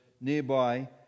nearby